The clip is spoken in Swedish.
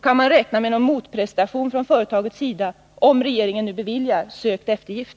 Kan man räkna med någon motprestation från företagets sida, om regeringen nu beviljar sökt eftergift?